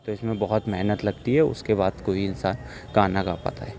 تو اس میں بہت محنت لگتی ہے اس کے بعد کوئی انسان گانا گا پاتا ہے